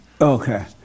Okay